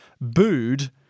booed